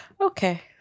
Okay